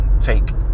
take